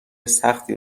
سختی